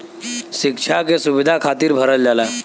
सिक्षा के सुविधा खातिर भरल जाला